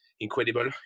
Incredible